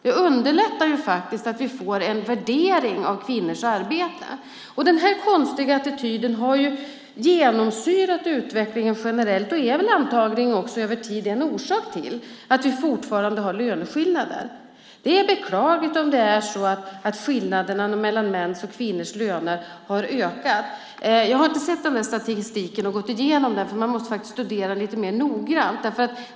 Det underlättar att vi får en värdering av kvinnors arbete. Den här konstiga attityden har genomsyrat utvecklingen generellt och är antagligen också över tiden orsak till att vi fortfarande har löneskillnader. Det är beklagligt om skillnaderna mellan mäns och kvinnors löner har ökat. Jag har inte sett statistiken och gått igenom den. Man måste studera den mer noggrant.